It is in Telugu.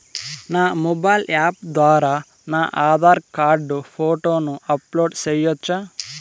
నా మొబైల్ యాప్ ద్వారా నా ఆధార్ కార్డు ఫోటోను అప్లోడ్ సేయొచ్చా?